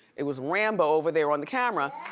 it was rambo over there on the camera.